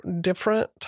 different